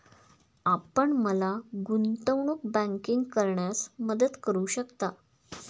आपण मला गुंतवणूक बँकिंग करण्यात मदत करू शकता?